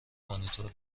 مانیتور